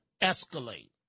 escalate